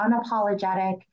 unapologetic